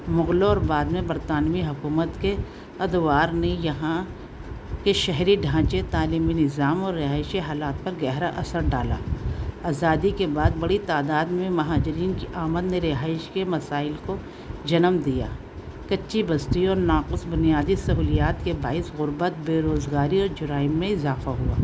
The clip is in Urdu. مغلوں اور بعد میں برطانوی حکومت کے ادوار نے یہاں کے شہری ڈھانچے تعلیمی نظام اور رہائشی حالات پر گہرا اثر ڈالا آزادی کے بعد بڑی تعداد میں مہاجرین کی آمد نے رہائش کے مسائل کو جنم دیا کچی بستی اور ناقص بنیادی سہولیات کے باعث غربت بےروزگاری اور جرائم میں اضافہ ہوا